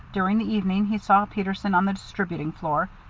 during the evening he saw peterson on the distributing floor,